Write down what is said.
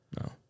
No